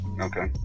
okay